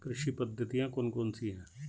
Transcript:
कृषि पद्धतियाँ कौन कौन सी हैं?